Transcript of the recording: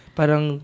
parang